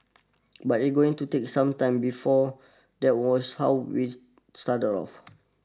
but it's going to take some time before that was how we started off